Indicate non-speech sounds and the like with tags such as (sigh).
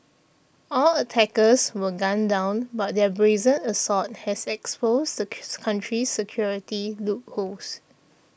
all attackers were gunned down but their brazen assault has exposed the (unintelligible) country's security loopholes